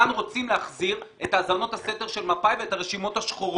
כאן רוצים להחזיר את האזנות הסתר של מפא"י ואת הרשימות השחורות.